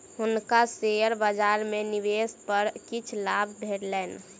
हुनका शेयर बजार में निवेश पर किछ लाभ भेलैन